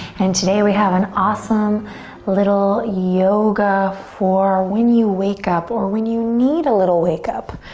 and today we have an awesome little yoga for when you wake up or when you need a little wake up.